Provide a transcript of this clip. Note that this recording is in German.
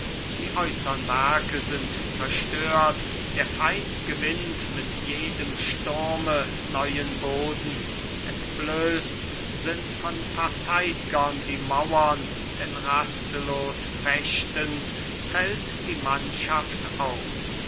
die äußern werke sind zerstört der feind gewinnt mit jedem sturme neuen boden entblößt sind von verteidigern die mauern denn rastlos fechtend fällt die mannschaft aus